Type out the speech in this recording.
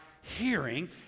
hearing